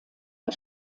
der